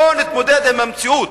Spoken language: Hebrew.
בואו נתמודד עם המציאות.